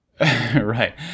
Right